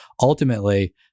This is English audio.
ultimately